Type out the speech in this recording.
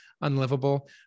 unlivable